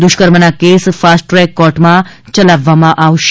દુષ્કર્મના case fast track કોર્ટમાં ચલાવવામાં આવશે